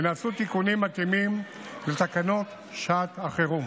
ונעשו תיקונים מתאימים לתקנות שעת החירום.